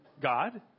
God